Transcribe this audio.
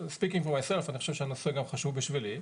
מבחינתי אני חושב שהנושא הוא גם חשוב בשבילי,